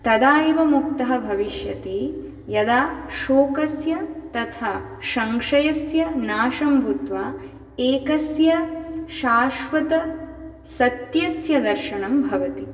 तदा एव मुक्तः भविष्यति यदा शोकस्य तथा संशयस्य नाशं भूत्वा एकस्य शाश्वतसत्यस्य दर्शनं भवति